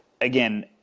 again